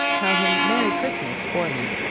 tell him merry christmas for me.